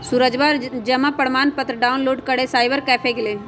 सूरजवा जमा प्रमाण पत्र डाउनलोड करे साइबर कैफे गैलय